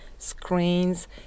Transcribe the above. Screens